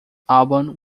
album